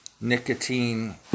nicotine